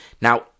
Now